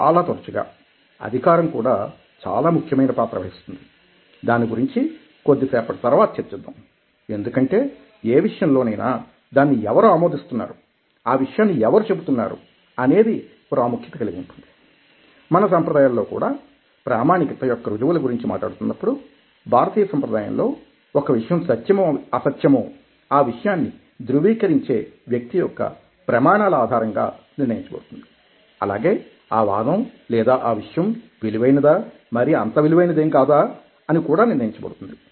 చాలా తరుచుగా అధికారం కూడా చాలా ముఖ్యమైన పాత్ర వహిస్తుంది దాని గురించి కొద్ది సేపటి తరువాత చర్చిద్దాం ఎందుకంటే ఏ విషయంలో నైనా దానిని ఎవరు ఆమోదిస్తున్నారు ఆ విషయాన్ని ఎవరు చెబుతున్నారు అనేది ప్రాముఖ్యత కలిగి ఉంటుంది మన సంప్రదాయాల్లో కూడా ప్రామాణికత యొక్క రుజువుల గురించి మాట్లాడుతున్నప్పుడు భారతీయ సంప్రదాయంలో ఒక విషయం సత్యమో అసత్యమో ఆ విషయాన్ని ధ్రువీకరించే వ్యక్తి యొక్క ప్రమాణాల ఆధారంగా నిర్ణయించబడుతుంది అలాగే ఆ వాదం లేదా విషయం విలువైనదా మరీ అంత విలువైనది కాదా అని కూడా నిర్ణయించబడుతుంది